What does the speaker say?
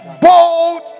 bold